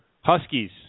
huskies